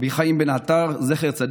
רבי חיים בן עטר זצוק"ל,